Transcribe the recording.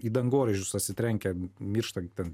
į dangoraižius atsitrenkę miršta ten